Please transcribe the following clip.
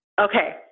Okay